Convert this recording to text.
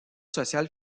sociale